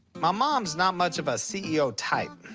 my mom's not much of a ceo type.